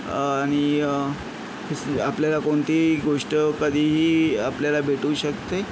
आणि स आपल्याला कोणतीही गोष्ट कधीही आपल्याला भेटू शकते